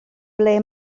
ble